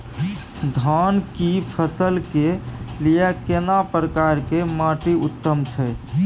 धान की फसल के लिये केना प्रकार के माटी उत्तम छै?